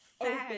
open